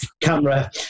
camera